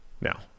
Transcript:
Now